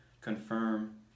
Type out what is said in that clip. confirm